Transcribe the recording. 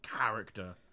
character